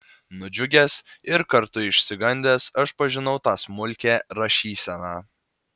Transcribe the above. nudžiugęs ir kartu išsigandęs aš pažinau tą smulkią rašyseną